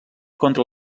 contra